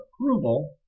approval